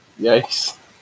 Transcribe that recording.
Yikes